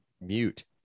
mute